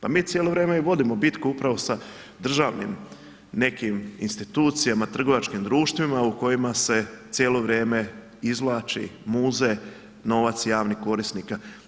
Pa mi cijelo vrijeme i vodimo bitku upravo sa državnim nekim institucijama, trgovačkim društvima u kojima se cijelo vrijeme izvlači, muze novac javnih korisnika.